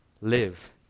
Live